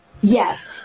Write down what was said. Yes